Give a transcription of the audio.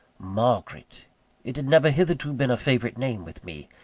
margaret it had never hitherto been a favourite name with me.